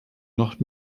noch